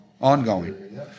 ongoing